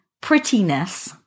prettiness